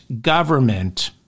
government